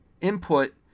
input